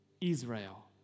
Israel